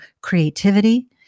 creativity